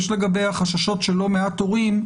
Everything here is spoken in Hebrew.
יש לגביה חששות של לא מעט הורים,